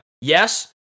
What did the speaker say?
yes